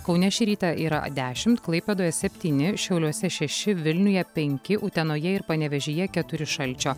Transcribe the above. kaune šį rytą yra dešimt klaipėdoje septyni šiauliuose šeši vilniuje penki utenoje ir panevėžyje keturi šalčio